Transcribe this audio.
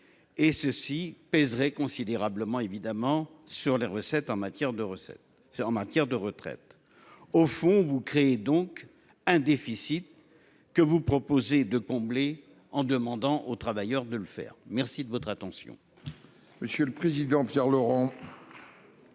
Et ceci pèserait considérablement évidemment sur les recettes en matière de recettes en matière de retraite. Au fond, vous créez donc un déficit que vous proposez de combler en demandant aux travailleurs de le faire. Merci de votre attention.